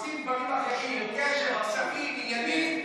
רוצים דברים אחרים עם קשר, עסקים, עניינים,